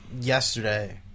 yesterday